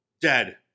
dead